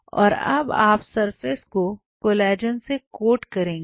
और अब आप सरफेस को कोलेजन से कोट करेंगे